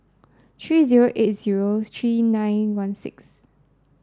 three zero eight zero three nine one six